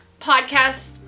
podcast